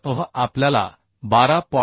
तरV आपल्याला 12